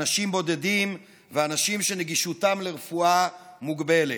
אנשים בודדים, והאנשים שנגישותם לרפואה מוגבלת.